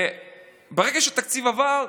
ברגע שהתקציב עבר,